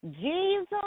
Jesus